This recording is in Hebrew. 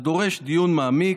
הדורש דיון מעמיק,